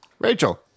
Rachel